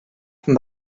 from